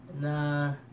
Nah